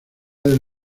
del